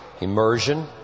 immersion